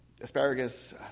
Asparagus